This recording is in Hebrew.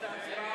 ההצעה